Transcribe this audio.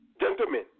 Gentlemen